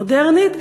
מודרנית,